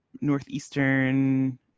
Northeastern